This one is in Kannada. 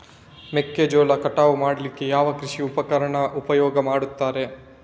ಮೆಕ್ಕೆಜೋಳ ಕಟಾವು ಮಾಡ್ಲಿಕ್ಕೆ ಯಾವ ಕೃಷಿ ಉಪಕರಣ ಉಪಯೋಗ ಮಾಡ್ತಾರೆ?